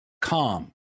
calm